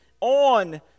on